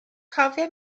cofia